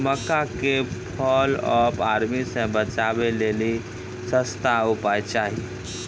मक्का के fall of army से बचाबै लेली सस्ता उपाय चाहिए?